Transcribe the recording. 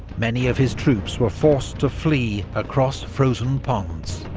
many of his troops were forced to flee across frozen ponds.